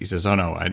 he said, oh, no. and